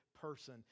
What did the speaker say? person